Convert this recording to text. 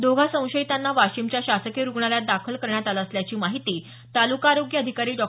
दोघा संशयितांना वाशिमच्या शासकीय रुग्णालयात दाखल करण्यात आलं असल्याची माहीती तालुका आरोग्य अधिकारी डॉ